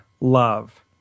love